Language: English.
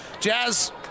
Jazz